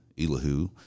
Elihu